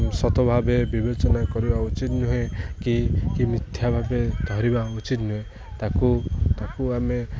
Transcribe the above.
ସତ ଭାବେ ବିବେଚନା କରିବା ଉଚିତ ନୁହେଁ କି କି ମିଥ୍ୟା ଭାବେ ଧରିବା ଉଚିତ ନୁହେଁ ତାକୁ ତାକୁ ଆମେ